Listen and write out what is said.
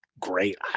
Great